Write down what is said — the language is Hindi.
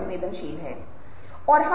में प्रदर्शित होताहै